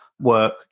work